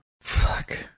Fuck